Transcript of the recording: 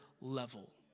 level